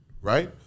right